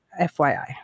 FYI